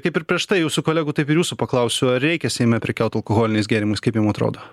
kaip ir prieš tai jūsų kolegų taip ir jūsų paklausiu ar reikia seime prekiaut alkoholiniais gėrimais kaip jum atrodo